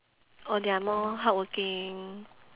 or they are more hardworking